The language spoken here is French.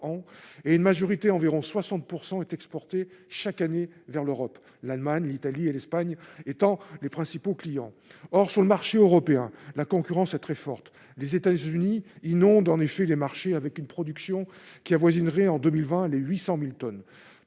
et une majorité environ 60 % est exportée chaque année vers l'Europe, l'Allemagne, l'Italie et l'Espagne étant les principaux clients, or sur le marché européen, la concurrence est très forte, les États-Unis, ils n'ont, en effet, les marchés, avec une production qui avoisinerait en 2020, le 800000 tonnes